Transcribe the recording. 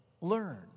learn